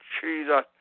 Jesus